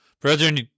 Brethren